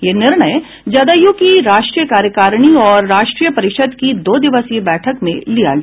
यह निर्णय जदयू की राष्ट्रीय कार्यकारिणी और राष्ट्रीय परिषद की दो दिवसीय बैठक में लिया गया